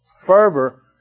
fervor